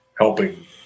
helping